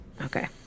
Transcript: Okay